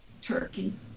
Turkey